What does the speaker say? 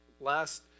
last